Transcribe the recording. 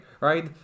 right